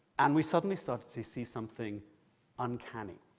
and we suddenly started to see something uncanny,